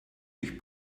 durch